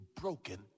broken